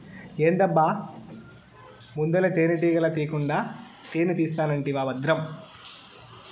ఏందబ్బా ముందల తేనెటీగల తీకుండా తేనే తీస్తానంటివా బద్రం